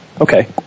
Okay